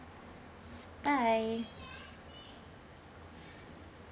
bye